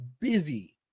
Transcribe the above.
busy